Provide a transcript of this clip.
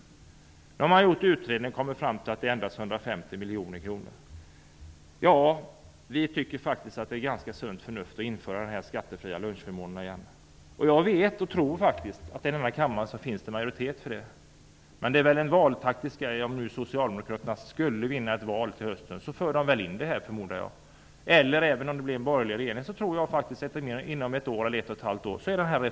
Utredningen har kommit fram till att man endast har fått in 350 miljoner kronor. Det är faktiskt ganska sunt förnuft att införa denna skattefria lunchfömån igen. Jag tror att det i denna kammare finns en majoritet för den uppfattningen, men det handlar väl om valtaktik. Om socialdemokraterna skulle vinna valet till hösten förmodar jag att de inför denna förmån. Även om det blir en borgerlig regering tror jag att denna reform är genomförd inom ett och ett halvt år.